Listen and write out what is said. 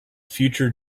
future